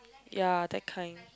ya that kind